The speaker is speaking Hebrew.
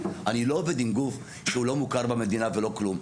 אני לא עובד עם גוף שהוא לא מוכר במדינה ולא כלום.